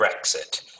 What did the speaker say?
Brexit